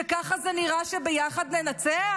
שככה זה נראה "ביחד ננצח"?